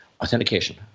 authentication